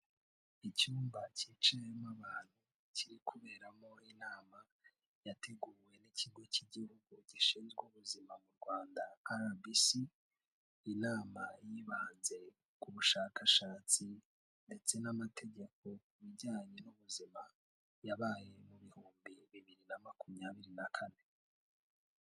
Icyumba kicayemo abantu, kiri kuberamo inama yateguwe n'Ikigo cy'Igihugu gishinzwe Ubuzima mu Rwanda RBC. Inama yibanze ku bushakashatsi ndetse n'amategeko ku bijyanye n'ubuzima, yabaye mu bihumbi bibiri na makumyabiri na kane.